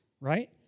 right